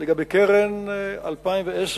לגבי קרן 2010,